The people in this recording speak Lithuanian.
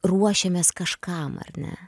ruošiamės kažkam ar ne